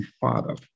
Father